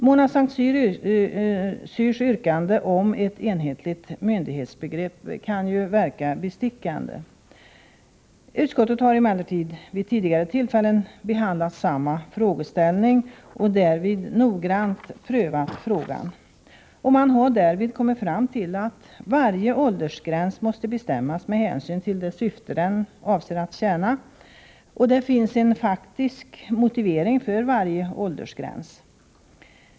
Mona Saint Cyrs yrkande om ett enhetligt myndighetsbegrepp kan verka bestickande. Utskottet har emellertid vid tidigare tillfällen behandlat frågeställningen och därvid noggrant prövat frågan. Utskottet har då kommit fram till att varje åldersgräns måste bestämmas med hänsyn till det syfte den avser att tjäna. Det finns en faktisk motivering för varje åldersgräns.